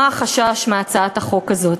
מה החשש מהצעת החוק הזאת?